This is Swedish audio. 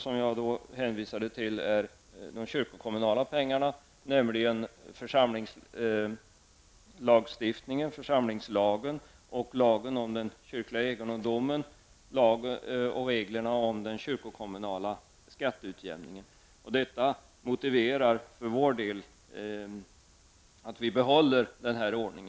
Som jag hänvisade till finns bestämmelser om de kyrkokommunala pengarna i församlingslagen, lagen om den kyrkliga egendomen och reglerna om den kyrkokommunala skatteutjämningen. För vår del motiverar detta att vi behåller denna ordning.